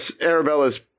Arabella's